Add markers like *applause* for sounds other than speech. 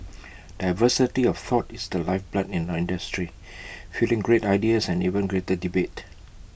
diversity of thought is the lifeblood in nine industry *noise* fuelling great ideas and even greater debate